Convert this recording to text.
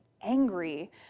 angry